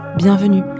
Bienvenue